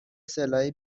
سلاح